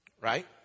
Right